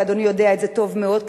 ואדוני יודע את זה טוב מאוד,